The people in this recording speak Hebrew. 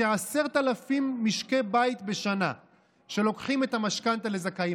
יש כ-10,000 משקי בית בשנה שלוקחים את המשכנתה לזכאים.